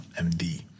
MD